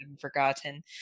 forgotten